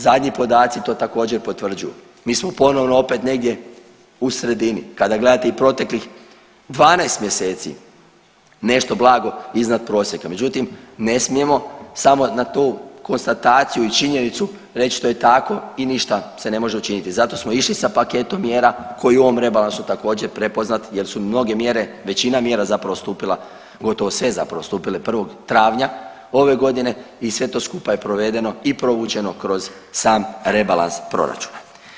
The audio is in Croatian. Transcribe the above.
Zadnji podaci to također, mi smo ponovno opet negdje u sredini, kada gledate i proteklih 12 mjeseci. nešto blago iznad prosjeka međutim, ne smijemo samo na tu konstataciju i činjenicu reći što je tako i ništa se ne može učiniti, zato smo išli sa paketom mjera koji je u ovom rebalansu također prepoznat jer su mnoge mjere, većina mjera zapravo, stupile gotovo sve su zapravo stupile 1. travnja ove godine i sve to skupa je provedeno i provučeno kroz sam rebalans proračuna.